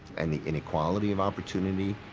and the inequality of opportunity,